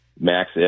max